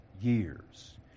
years